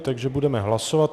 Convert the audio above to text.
Takže budeme hlasovat.